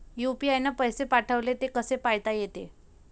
UPI न पैसे पाठवले, ते कसे पायता येते?